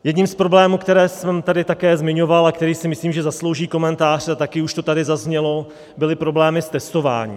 Jedním z problémů, které jsem tady také zmiňoval a který si, myslím, zaslouží komentář, a taky už to tady zaznělo, byly problémy s testováním.